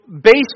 based